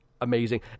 amazing